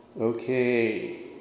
Okay